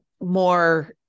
more